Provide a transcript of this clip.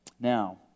Now